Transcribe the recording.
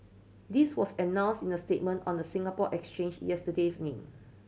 this was announced in a statement on the Singapore Exchange yesterday evening